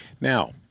Now